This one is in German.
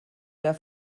der